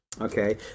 Okay